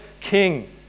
King